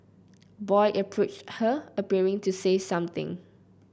boy approached her appearing to say something